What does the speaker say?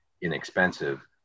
inexpensive